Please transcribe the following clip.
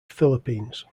philippines